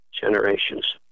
generations